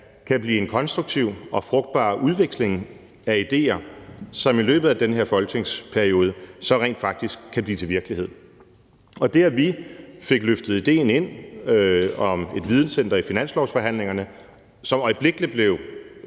kan blive en konstruktiv og frugtbar udveksling af idéer, som i løbet af den her folketingsperiode så rent faktisk kan blive til virkelighed. Og det, at vi fik løftet idéen om et videnscenter ind i finanslovsforhandlingerne, som der øjeblikkelig blev